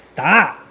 Stop